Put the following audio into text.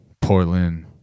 Portland